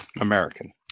American